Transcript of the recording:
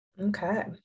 Okay